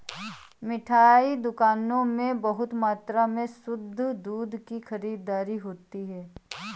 मिठाई दुकानों में बहुत मात्रा में शुद्ध दूध की खरीददारी होती है